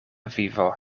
vivo